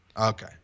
okay